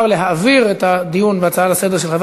להעביר את הדיון בהצעה לסדר-היום של חבר